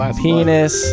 penis